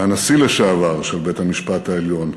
והנשיא לשעבר של בית-המשפט העליון